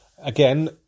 Again